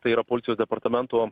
tai yra policijos departamento